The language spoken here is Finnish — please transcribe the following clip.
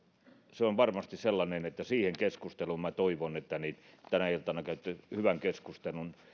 se on varmasti sellainen keskustelu että siihen liittyen minä toivon että tänä iltana käytte hyvän keskustelun